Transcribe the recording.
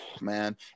Man